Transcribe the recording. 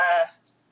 last